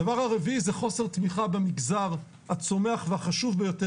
הדבר הרביעי זה חוסר תמיכה במגזר הצומח והחשוב ביותר